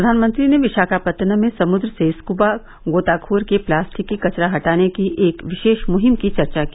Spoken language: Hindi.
प्रधानमंत्री ने विशाखापत्तनम में समुद्र से स्कूबा गोताखोर के प्लास्टिक की कचरा हटाने की एक विशेष मुहिम की चर्चा की